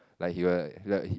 like he'll like like he